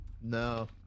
No